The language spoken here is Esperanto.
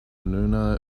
nuna